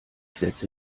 setze